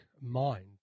mind